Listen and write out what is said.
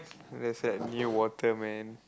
there's like Newater man